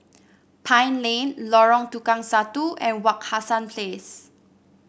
Pine Lane Lorong Tukang Satu and Wak Hassan Place